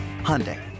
Hyundai